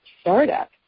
startup